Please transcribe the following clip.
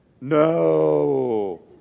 no